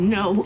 no